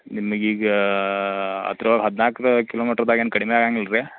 ನಿಮಗೆ ಈಗ ಅದ್ರೊಳ್ ಹದಿನಾಲ್ಕು ಕಿಲೋಮಿಟ್ರ್ದಾಗ ಏನು ಕಡಿಮೆ ಆಗಂಗಿಲ್ಲ ರೀ